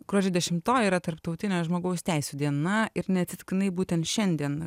gruodžio dešimtoji yra tarptautinė žmogaus teisių diena ir neatsitiktinai būtent šiandien